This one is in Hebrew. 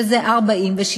שזה 46,